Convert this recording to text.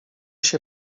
się